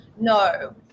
No